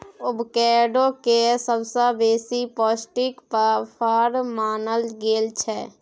avocado केँ सबसँ बेसी पौष्टिक फर मानल गेल छै